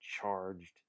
charged